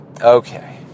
okay